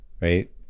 right